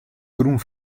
grûn